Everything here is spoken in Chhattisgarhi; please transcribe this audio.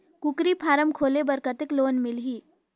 कूकरी फारम खोले बर कतेक लोन मिलही?